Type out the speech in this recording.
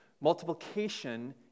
Multiplication